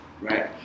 Right